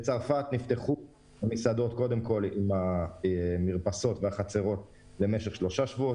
בצרפת נפתחו המסעדות עם המרפסות למשך שלושה שבועות,